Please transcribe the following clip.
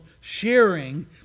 sharing